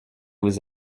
vous